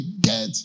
get